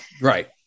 right